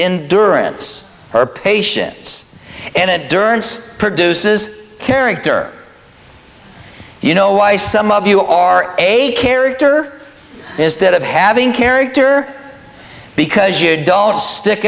in durance or patients and it durance produces character you know why some of you are a character is that of having character because you don't stick